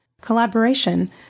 collaboration